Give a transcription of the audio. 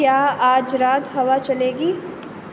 کیا آج رات ہوا چلے گی